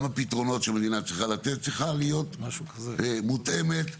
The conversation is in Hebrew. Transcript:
הפתרונות שהמדינה צריכה לתת צריכים להיות מותאמים לשונוּת,